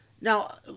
now